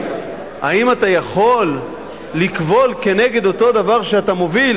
האם אתה יכול לקבול כנגד אותו דבר שאתה מוביל?